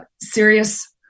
serious